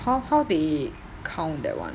how how they count that [one]